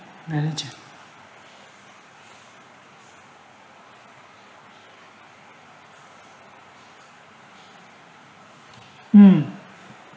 i'll check mm